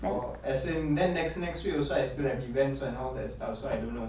for as in then next next week also I still have events and all that stuff so I don't know